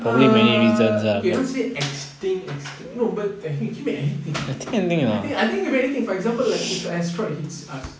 err okay not say extinct extinct no but !hey! can be anything I think I think can be anything for example like if an asteroid hits us